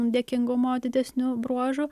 dėkingumo didesniu bruožu